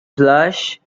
plush